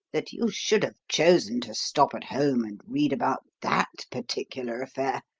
that you should have chosen to stop at home and read about that particular affair!